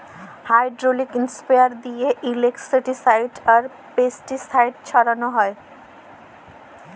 hydraulic sprayer দিঁয়ে insecticide আর pesticide ছড়াল হ্যয়